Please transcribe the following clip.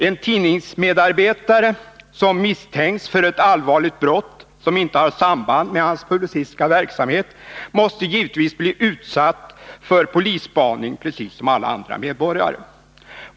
En tidningsmedarbetare som misstänks för ett allvarligt brott som inte har samband med hans publicistiska verksamhet måste givetvis bli utsatt för polisspaning precis som alla andra medborgare.